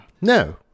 No